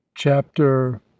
Chapter